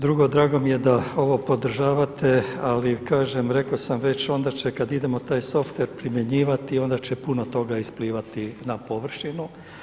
Drugo, drago mi je da ovo podržavate, ali kažem, rekao sam već onda će kada idemo taj softver primjenjivati onda će puno toga isplivati na površinu.